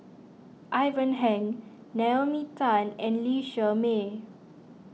Ivan Heng Naomi Tan and Lee Shermay